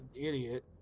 idiot